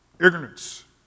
ignorance